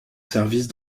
service